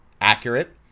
accurate